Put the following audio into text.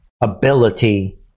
ability